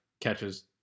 catches